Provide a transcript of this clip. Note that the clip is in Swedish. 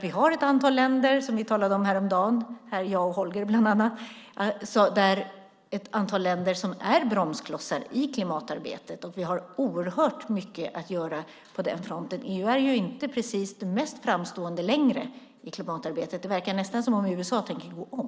Vi har ett antal länder som vi talade om häromdagen, bland annat jag och Holger, som är bromsklossar i klimatarbetet. Vi har massor att göra på den fronten. EU är inte längre mest framstående i klimatarbetet. Det verkar nästan som att USA tänker gå om.